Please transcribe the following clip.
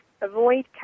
avoid